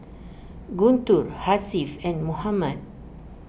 Guntur Hasif and Muhammad